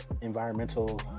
environmental